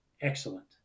excellent